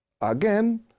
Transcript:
Again